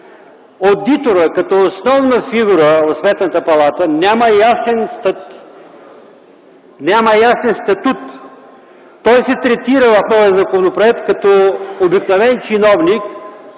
одиторът като основна фигура в Сметната палата няма ясен статут. Той се третира в новия законопроект като обикновен чиновник